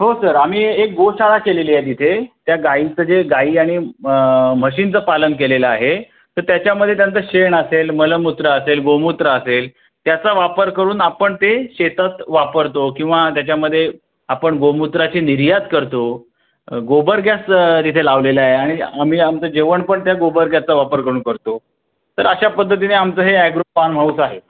हो सर आम्ही एक गोशाळा केलेली आहे तिथे त्या गायींचं जे गायी आणि म्हशींचं पालन केलेलं आहे तर त्याच्यामध्ये त्यांचं शेण असेल मलमूत्र असेल गोमूत्र असेल त्याचा वापर करून आपण ते शेतात वापरतो किंवा त्याच्यामध्ये आपण गोमूत्राची निर्यात करतो गोबर गॅस तिथे लावलेला आहे आणि आम्ही आमचं जेवण पण त्या गोबर गॅसचा वापर करून करतो तर अशा पद्धतीने आमचं हे ॲग्रो फार्म हाउस आहे